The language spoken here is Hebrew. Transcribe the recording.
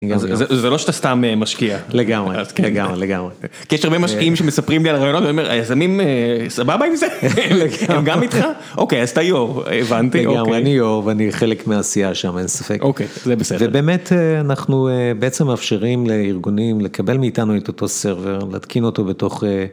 זה לא שאתה סתם משקיע, לגמרי, לגמרי, כי יש הרבה משקיעים שמספרים לי על הרעיונות ואומרים סבבה עם זה, הם גם איתך, אוקיי אז אתה יו"ר, הבנתי, אני יו"ר ואני חלק מהעשייה שם, אין ספק, ובאמת אנחנו בעצם מאפשרים לארגונים לקבל מאיתנו את אותו סרבר, להתקין אותו בתוך.